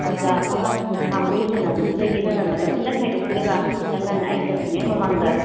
ꯑꯗꯨꯗ ꯑꯉꯥꯡꯁꯦ ꯅꯍꯥꯡꯒꯣꯏ ꯁꯦꯟꯅꯕꯗꯨꯗꯒꯤ ꯅꯪꯅ ꯃꯇꯝ ꯈꯤꯠꯇ ꯈꯥꯏꯗꯣꯛꯄꯤꯔꯒ ꯈꯤꯇꯪ ꯉꯟꯅ ꯑꯩ ꯆꯠꯇ꯭ꯔꯤꯉꯩ ꯃꯃꯥꯡꯗ